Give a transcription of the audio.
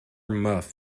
muff